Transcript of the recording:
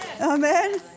Amen